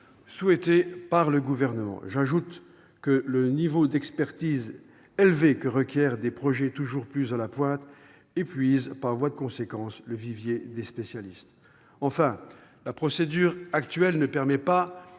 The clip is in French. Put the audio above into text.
visé par le Gouvernement. J'ajoute que le niveau d'expertise élevé que requièrent des projets toujours plus à la pointe épuise par voie de conséquence le vivier des spécialistes. Enfin, la procédure actuelle ne permet pas